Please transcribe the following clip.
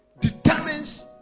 determines